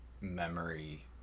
memory